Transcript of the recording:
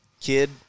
kid